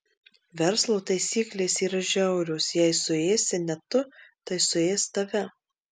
verslo taisyklės yra žiaurios jei suėsi ne tu tai suės tave